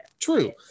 True